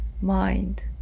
mind